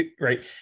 right